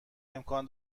امکان